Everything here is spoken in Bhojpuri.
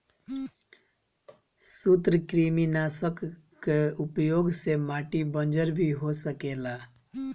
सूत्रकृमिनाशक कअ उपयोग से माटी बंजर भी हो सकेला